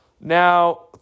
now